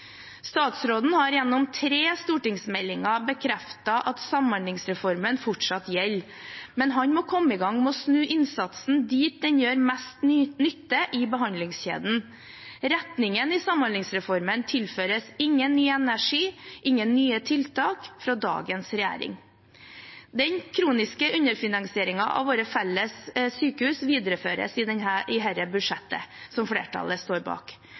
Statsråden har gjennom tre stortingsmeldinger bekreftet at samhandlingsreformen fortsatt gjelder, men han må komme i gang med å snu innsatsen dit den gjør mest nytte i behandlingskjeden. Retningen i samhandlingsreformen tilføres ingen ny energi, ingen nye tiltak fra dagens regjering. Den kroniske underfinansieringen av våre felles sykehus videreføres i dette budsjettet som flertallet står bak.